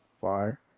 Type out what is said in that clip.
fire